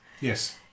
Yes